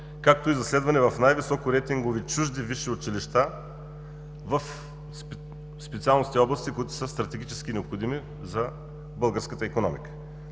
както и за следване в най-високо рейтингови чужди висши училища в специалности и области, които са стратегически необходими за българската икономика.